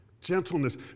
gentleness